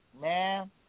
man